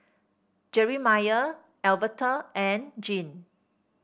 Jerimiah Alverta and Jean